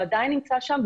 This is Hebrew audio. והוא עדיין נמצא שם,